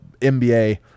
NBA